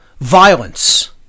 violence